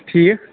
ٹھیٖک